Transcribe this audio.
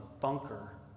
bunker